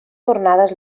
tornades